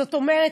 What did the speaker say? זאת אומרת,